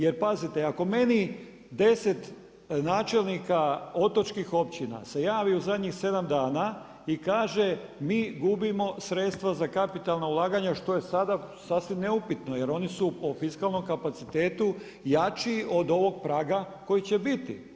Jer pazite, ako meni, 10 načelnika, otočnih općina se javi u zadnjih 7 dana i kaže mi gubimo sredstva za kapitalna ulaganja, što je sada sasvim neupitno, jer oni su u fiskalnom kapacitetu jači od ovog praga koji će biti.